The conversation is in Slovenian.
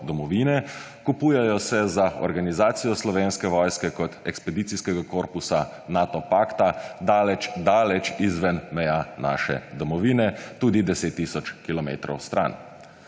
domovine. Kupujejo se za organizacijo Slovenske vojske kot ekspedicijskega korpusa Nato pakta, daleč, daleč izven meja naše domovine, tudi 10 tisoč kilometrov stran,